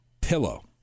pillow